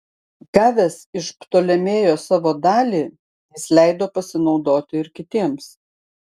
gavęs iš ptolemėjo savo dalį jis leido pasinaudoti ir kitiems